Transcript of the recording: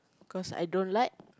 cause I don't like